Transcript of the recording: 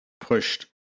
pushed